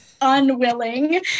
Unwilling